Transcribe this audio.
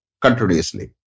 continuously